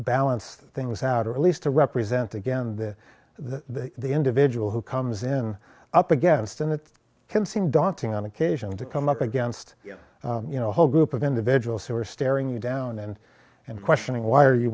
balance things out or at least to represent again the the the individual who comes in up against and it can seem daunting on occasion to come up against you know a whole group of individuals who are staring you down and and questioning why are you